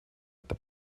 это